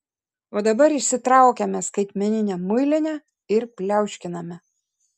o dabar išsitraukiame skaitmeninę muilinę ir pliauškiname